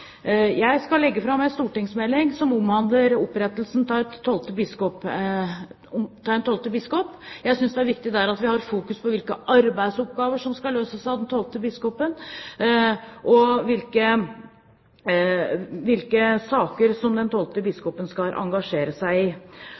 Jeg skal legge fram en stortingsmelding som omhandler opprettelsen av en tolvte biskop. Jeg synes det er viktig at vi der fokuserer på hvilke arbeidsoppgaver som skal løses av den tolvte biskopen, og hvilke saker som den tolvte biskopen skal engasjere seg i.